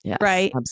right